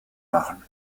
machen